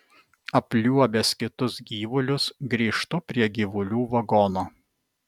apliuobęs kitus gyvulius grįžtu prie gyvulių vagono